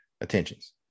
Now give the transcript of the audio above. attentions